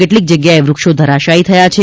કેટલીક જગ્યાએ વ્રક્ષો ધરાશાયી થયા છે